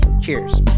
Cheers